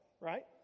right